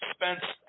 Spence